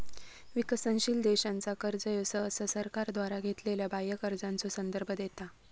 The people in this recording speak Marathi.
विकसनशील देशांचा कर्जा ह्यो सहसा सरकारद्वारा घेतलेल्यो बाह्य कर्जाचो संदर्भ देता